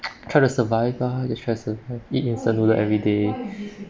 try to survive lah you try survive eat instant noodle everyday